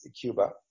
Cuba